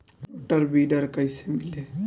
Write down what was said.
Rotor weeder कईसे मिले?